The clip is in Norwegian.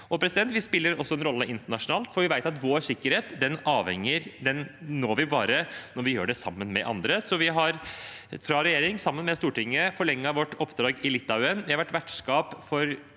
stridsvogner. Vi spiller også en rolle internasjonalt, for vi vet at vår sikkerhet når vi bare når vi gjør det sammen med andre. Så vi har – fra regjeringens side, men sammen med Stortinget – forlenget vårt oppdrag i Litauen, vi har vært vertskap for